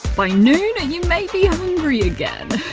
by noon, you may be hungry again.